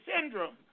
Syndrome